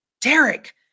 Derek